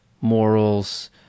morals